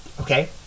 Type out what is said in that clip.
okay